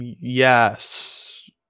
yes